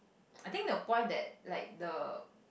I think the point that like the